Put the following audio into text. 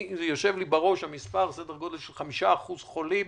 המספר הזה יושב לי בראש סדר גודל של 5% חולים